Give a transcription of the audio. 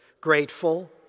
grateful